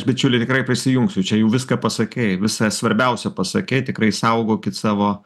bičiuliai tikrai prisijungsiu čia jau viską pasakei visą svarbiausia pasakei tikrai saugokit savo